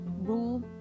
rule